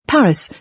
Paris